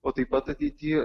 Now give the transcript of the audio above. o taip pat ateity